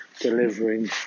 delivering